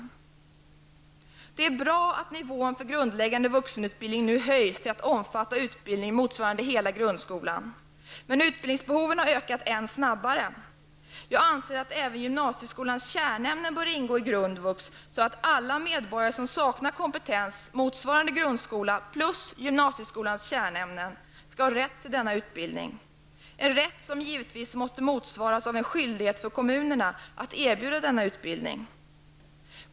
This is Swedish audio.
Det är bra att nivån för grundläggande vuxenutbildning nu höjs till att omfatta en utbildning motsvarande hela grundskolan. Men utbildningsbehoven har ökat än snabbare. Jag anser att även gymnasieskolans kärnämnen bör ingå i grundvux så att alla medborgare som saknar kompetens motsvarande grundskolan plus gymnasieskolans kärnämnen skall ha rätt till denna utbildning; en rätt som givetvis måste motsvaras av en skyldighet för kommunerna att erbjuda denna utbildning.